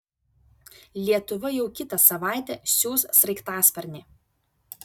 lietuva jau kitą savaitę siųs sraigtasparnį